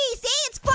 see see it's fun.